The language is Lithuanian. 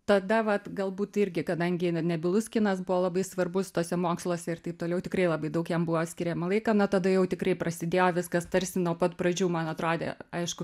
tada vat galbūt irgi kadangi nebylus kinas buvo labai svarbus tuose moksluose ir taip toliau tikrai labai daug jam buvo skiriama laiko nuo tada jau tikrai prasidėjo viskas tarsi nuo pat pradžių man atrodė aišku